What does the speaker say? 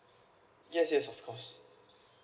yes yes of course